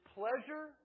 pleasure